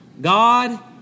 God